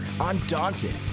undaunted